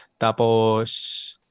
tapos